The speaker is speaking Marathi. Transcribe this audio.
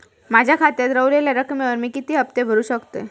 माझ्या खात्यात रव्हलेल्या रकमेवर मी किती हफ्ते भरू शकतय?